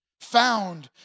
found